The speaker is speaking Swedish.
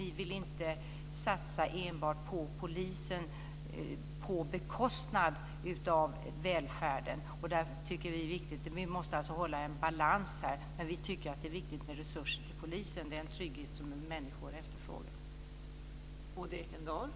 Vi vill inte satsa enbart på polisen på bekostnad av välfärden. Därför tycker vi att det är viktigt. Vi måste alltså hålla en balans här, men vi tycker att det är viktigt med resurser till polisen. Det är en trygghet som människor efterfrågar.